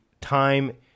time